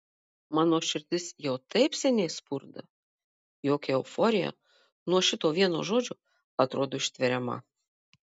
mano širdis jau taip seniai spurda jog euforija nuo šito vieno žodžio atrodo ištveriama